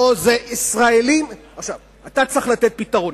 אתה צריך לתת פתרון.